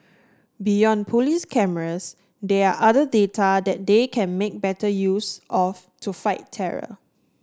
beyond police cameras there are other data that they can make better use of to fight terror